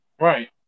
Right